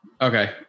Okay